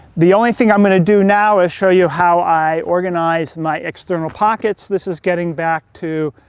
the only thing i'm gonna do now is show you how i organize my external pockets. this is getting back to,